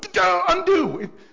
Undo